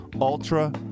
Ultra